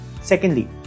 secondly